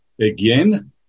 Again